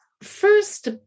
first